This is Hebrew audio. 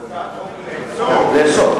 הצעת חוק לאסור,